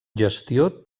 gestió